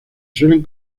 suelen